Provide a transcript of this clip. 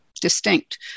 distinct